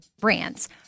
brands